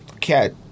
cat